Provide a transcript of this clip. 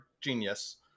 genius